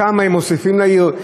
כמה הם מוסיפים לעיר?